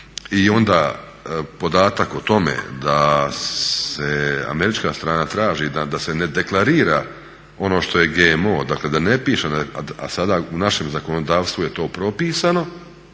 I onda podatak o tome da američka strana traži da se ne deklarira ono što je GMO, dakle da ne piše a sada u našem zakonodavstvu je to propisano,